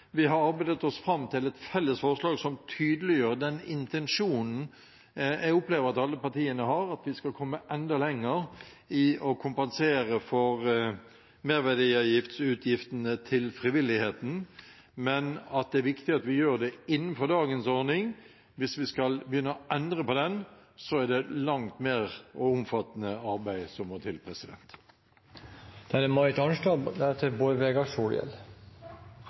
Vi har arbeidet oss fram til et felles forslag til vedtak som tydeliggjør den intensjonen jeg opplever at alle partiene har om at vi skal komme enda lenger i å kompensere for merverdiavgiftsutgiftene til frivilligheten, men at det er viktig at vi gjør det innenfor dagens ordning. Hvis vi skal begynne å endre på den, er det et langt mer omfattende arbeid som må til.